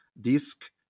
disk